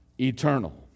eternal